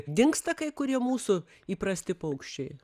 dingsta kai kurie mūsų įprasti paukščiai